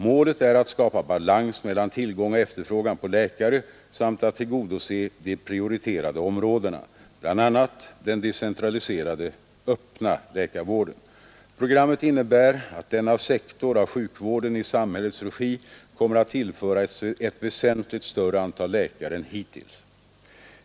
Målet är att skapa balans mellan tillgång och efterfrågan på läkare samt att tillgodose de prioriterade områdena, bl.a. den decentraliserade öppna läkarvården. Programmet innebär att denna sektor av sjukvården i samhällets regi kommer att tillföras ett väsentligt större antal läkare än hittills.